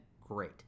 great